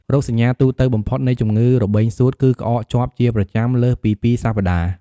រោគសញ្ញាទូទៅបំផុតនៃជំងឺរបេងសួត គឺក្អកជាប់ជាប្រចាំលើសពី ២ សប្តាហ៍។